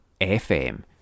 FM